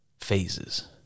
phases